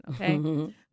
okay